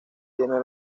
tiene